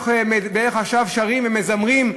ואיך עכשיו שרים ומזמרים,